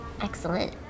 Excellent